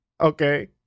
Okay